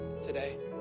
today